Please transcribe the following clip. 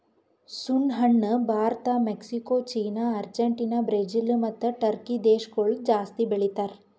ಸುಣ್ಣ ಹಣ್ಣ Bharat, Mexico, China, Argentina, Brazil ಮತ್ತ ಟರ್ಕಿ ದೇಶಗೊಳ್ ಜಾಸ್ತಿ ಬೆಳಿತಾರ್